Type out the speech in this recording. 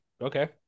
Okay